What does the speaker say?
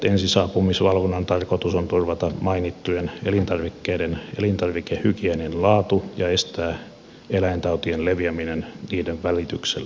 ensisaapumisvalvonnan tarkoitus on turvata mainittujen elintarvikkeiden elintarvikehygieeninen laatu ja estää eläintautien leviäminen niiden välityksellä